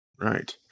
Right